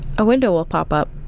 a window will pop up.